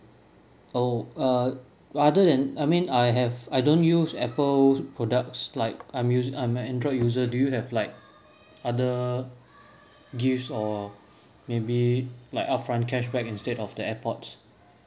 oh err rather than I mean I have I don't use apple products like I'm using I'm an android user do you have like other gifts or maybe like upfront cashback instead of the airpods